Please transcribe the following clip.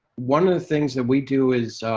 one of the things that we do is